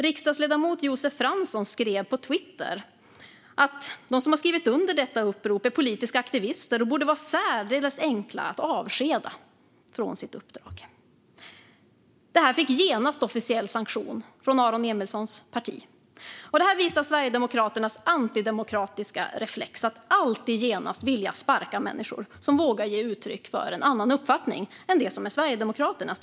Riksdagsledamoten Josef Fransson skrev på Twitter att de som har skrivit under detta upprop är politiska aktivister och borde vara särdeles enkla att avskeda från sitt uppdrag. Detta fick genast officiell sanktion från Aron Emilssons parti. Detta visar Sverigedemokraternas antidemokratiska reflex att alltid genast vilja sparka människor som vågar ge uttryck för en annan uppfattning än den som är Sverigedemokraternas.